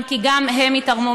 אם כי גם הם ייתרמו